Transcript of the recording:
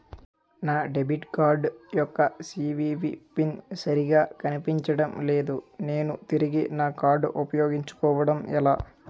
నా debit card యెక్క CVV pin సరిగా కనిపించడం లేదు నేను తిరిగి నా కార్డ్ఉ పయోగించుకోవడం ఎలా?